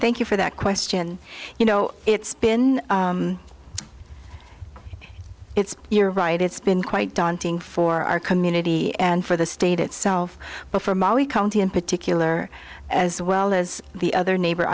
thank you for that question you know it's been it's you're right it's been quite daunting for our community and for the state itself but for molly county in particular as well as the other neighbor